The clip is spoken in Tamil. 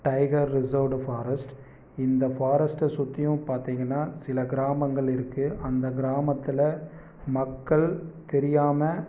டைகர் ரிஸர்வ்டு ஃபாரஸ்ட் இந்த ஃபாரஸ்ட்ட சுத்தியும் பாத்தீங்கன்னா சில கிராமங்கள் இருக்கு அந்த கிராமத்துல மக்கள் தெரியாம